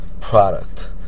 product